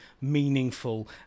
meaningful